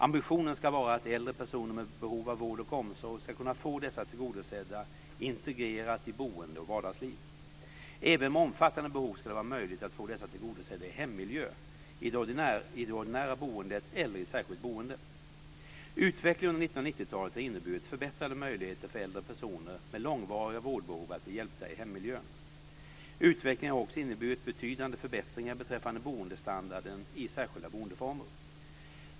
Ambitionen ska vara att äldre personer med behov av vård och omsorg ska kunna få dessa behov tillgodosedda integrerat i boende och vardagsliv. Även om man har omfattande behov ska det vara möjligt att få dem tillgodosedda i hemmiljö, i det ordinära boendet eller i ett särskilt boende. Utvecklingen under 1990-talet har inneburit förbättrade möjligheter för äldre personer med långvariga vårdbehov att bli hjälpta i hemmiljön. Utvecklingen har också inneburit betydande förbättringar beträffande boendestandarden i särskilda boendeformer.